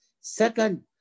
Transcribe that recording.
Second